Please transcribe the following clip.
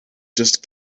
just